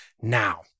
now